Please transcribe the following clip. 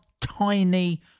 tiny